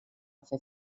fer